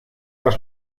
las